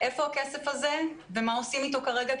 היכן הכסף הזה ומה עושים אתו כרגע,